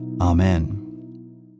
Amen